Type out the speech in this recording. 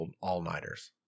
all-nighters